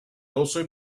also